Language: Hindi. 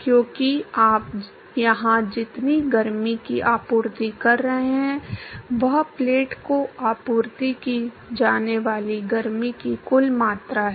क्योंकि आप यहां जितनी गर्मी की आपूर्ति कर रहे हैं वह प्लेट को आपूर्ति की जाने वाली गर्मी की कुल मात्रा है